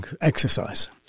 exercise